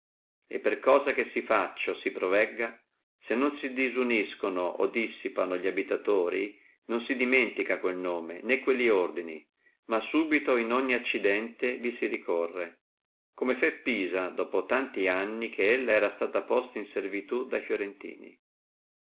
e per cosa che si faccia o si provegga se non si disuniscano o si dissipano li abitatori non sdimenticano quel nome né quelli ordini e subito in ogni accidente vi ricorrono come fe pisa dopo cento anni che ella era posta in servitù da fiorentini